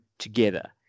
Together